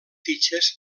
fitxes